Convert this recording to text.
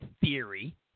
theory